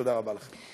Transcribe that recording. תודה רבה לכם.